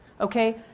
okay